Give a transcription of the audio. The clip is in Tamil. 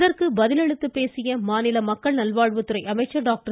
இதற்கு பதிலளித்த பேசிய மாநில மக்கள் நல்வாழ்வுத் துறை அமைச்சர் டாக்டர்